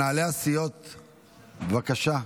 מנהלי הסיעות, בבקשה,